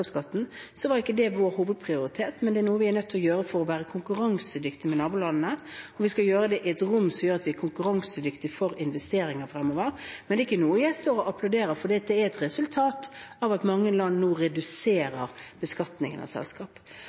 så var ikke det vår hovedprioritet, men noe vi er nødt til å gjøre for å være konkurransedyktige med nabolandene, og vi skal gjøre det i et rom som gjør at vi er konkurransedyktige for investeringer fremover. Men det er ikke noe jeg står og applauderer, for det er et resultat av at mange land nå reduserer beskatningen av selskap.